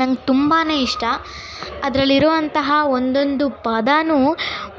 ನಂಗೆ ತುಂಬನೇ ಇಷ್ಟ ಅದರಲ್ಲಿರುವಂತಹ ಒಂದೊಂದು ಪದವೂ